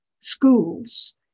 schools